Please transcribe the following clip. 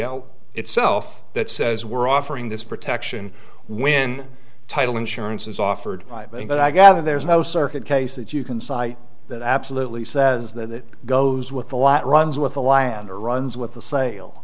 o itself that says we're offering this protection when title insurance is offered but i gather there's no circuit case that you can cite that absolutely says that it goes with a lot runs with the land or runs with the sale